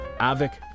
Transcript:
Avik